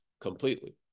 completely